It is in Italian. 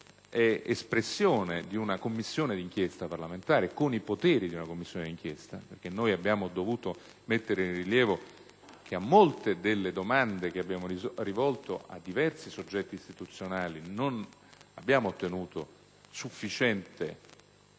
è quello di una Commissione di inchiesta parlamentare con i poteri propri di una Commissione di inchiesta parlamentare; infatti, abbiamo dovuto mettere in rilievo che a molte delle domande da noi rivolte a diversi soggetti istituzionali non abbiamo ottenuto sufficiente